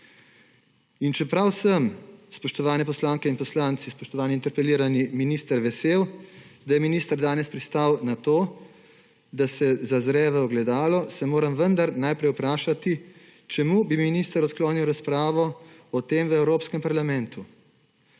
In čeprav sem, spoštovane poslanke in poslanci, spoštovani interpelirani minister vesel, da je minister danes pristal na to, da se zazre v ogledalo, se moram vendar najprej vprašati, čemu bi minister odklonil razpravo o tem v Evropskem parlamentu.